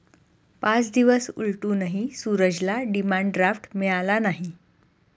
पाच दिवस उलटूनही सूरजला डिमांड ड्राफ्ट मिळाला नाही